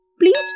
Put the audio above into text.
Please